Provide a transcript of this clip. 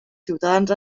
ciutadans